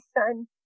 son